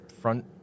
front